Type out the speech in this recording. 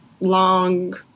Long